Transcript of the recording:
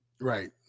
Right